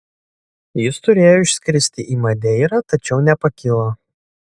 jis turėjo išskristi į madeirą tačiau nepakilo